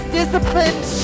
disciplined